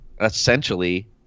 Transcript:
Essentially